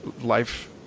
life